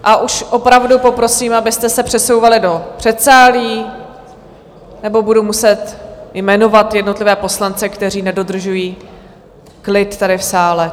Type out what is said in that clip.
A už opravdu poprosím, abyste se přesouvali do předsálí, nebo budu muset jmenovat jednotlivé poslance, kteří nedodržují klid tady v sále.